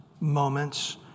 moments